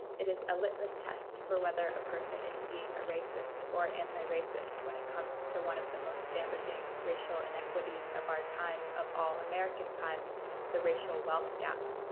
it is a litmus test for whether a person is being a racist or anti-racist when it comes to one of the most damaging racial inequities of our time, of all american time the racial wealth gap.